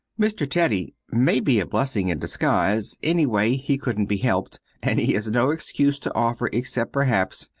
mr. teddy may be a blessing in disguise, anyway he couldn't be helped, and he has no excuse to offer, except, perhaps,